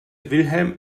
wilhelm